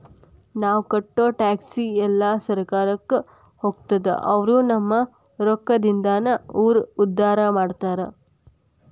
ನಾವ್ ಕಟ್ಟೋ ಟ್ಯಾಕ್ಸ್ ಎಲ್ಲಾ ಸರ್ಕಾರಕ್ಕ ಹೋಗ್ತದ ಅವ್ರು ನಮ್ ರೊಕ್ಕದಿಂದಾನ ಊರ್ ಉದ್ದಾರ ಮಾಡ್ತಾರಾ